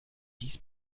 dies